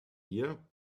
year